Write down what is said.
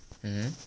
mmhmm